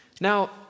Now